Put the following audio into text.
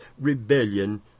rebellion